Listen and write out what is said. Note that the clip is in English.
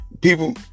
People